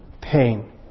pain